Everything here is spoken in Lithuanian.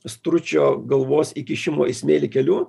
stručio galvos įkišimo į smėlį keliu